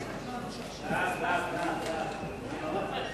ההצעה להעביר את הנושא לוועדה